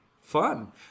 fun